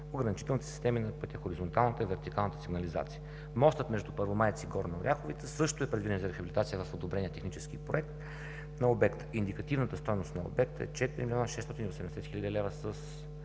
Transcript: ограничителните системи на пътя, хоризонталната и вертикалната сигнализация. Мостът между Първомайци и Горна Оряховица също е предвиден за рехабилитация в одобрения технически проект на обекта. Индикативната стойност на обекта е 4 680 000 лв. с